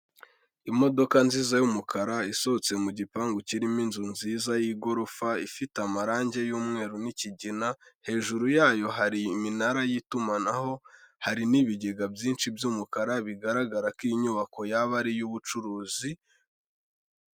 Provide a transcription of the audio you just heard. Imodoka nziza y'umukara isohotse mu gipangu kirimo inzu nziza y'igorofa, ifite amarangi y'umweru n'ikigina, hejuru yayo hari iminara y'itumanaho, hari n'ibigega byinshi by'umukara, bigaragara ko iyi nyubako yaba ari iy'ubucuruzi.